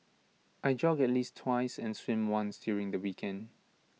I jog at least twice and swim once during the weekend